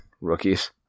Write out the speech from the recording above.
rookies